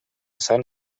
sant